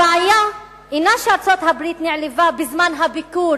הבעיה אינה שארצות-הברית נעלבה בזמן הביקור